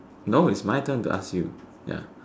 no is my turn to ask you ya